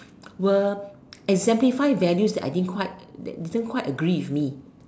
will exemplify values that I didn't quite that didn't quite agree with me